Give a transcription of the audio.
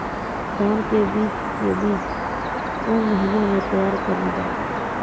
धान के बीज के बीच कौन महीना मैं तैयार करना जाए?